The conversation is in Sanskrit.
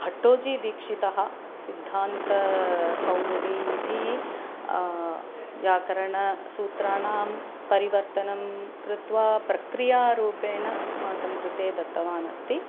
भट्टोजिदीक्षितः सिद्धान्तकौमुदी इति व्याकरणसूत्राणां परिवर्तनं कृत्वा प्रक्रियारूपेण अस्माकं कृते दत्तवानस्ति